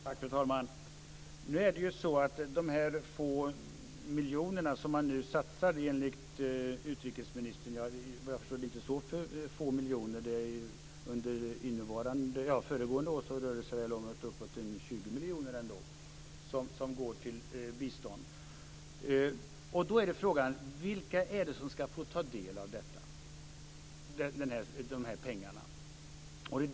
Fru talman! De få miljoner som man nu satsar i bistånd enligt utrikesministern uppgick under föregående år till uppåt en 20 miljoner. Då är frågan: Vilka är det som ska få ta del av dessa pengar?